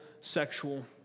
sexual